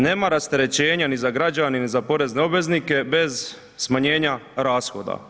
Nema rasterećenja ni za građane ni za porezne obveznike bez smanjenja rashoda.